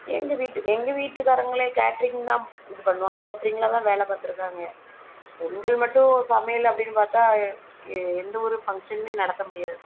எங்கள் வீட்டு எங்கள் வீட்டுக்காரர்களே கேட்ரிங் தான் இது பண்ணுவாங்க கேட்ரிங்கில் தான் வேலை பார்த்துருக்காங்க பெண்கள் மட்டும் சமையல் அப்படின்னு பார்த்தா எந்த ஒரு ஃபங்ஷனும் நடத்தமுடியாது